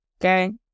okay